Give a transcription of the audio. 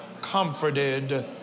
comforted